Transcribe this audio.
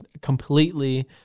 completely